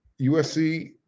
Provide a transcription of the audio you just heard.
USC